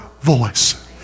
voice